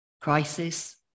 Crisis